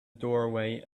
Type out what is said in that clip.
doorway